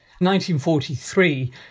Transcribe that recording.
1943